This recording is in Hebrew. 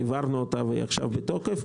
העברנו אותה והיא עכשיו בתוקף.